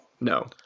No